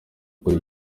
kuri